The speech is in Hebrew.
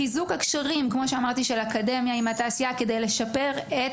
חיזוק הקשרים של האקדמיה עם התעשייה כדי לשפר את